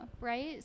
right